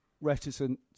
reticent